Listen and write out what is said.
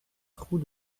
trou